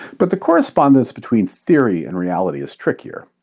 but the correspondence between theory and reality is trickier.